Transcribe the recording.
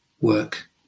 work